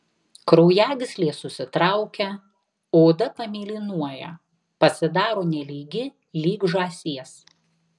kraujagyslės susitraukia oda pamėlynuoja pasidaro nelygi lyg žąsies